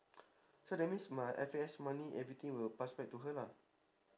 so that means my F_A_S money everything will pass back to her lah